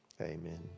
amen